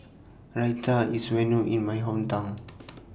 Raita IS Well known in My Hometown